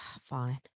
Fine